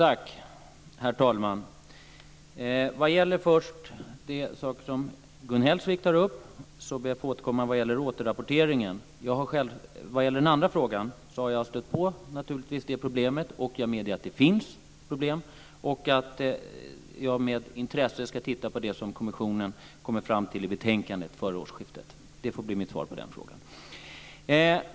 Herr talman! Först vill jag med anledning av de saker som Gun Hellsvik tar upp be att få återkomma vad gäller återrapporteringen. Vad gäller den andra frågan har jag naturligtvis stött på det problemet. Jag medger att det finns problem, och jag ska med intresse titta närmare på det som kommissionen kommer fram till i betänkandet före årsskiftet. Det får bli mitt svar på den frågan.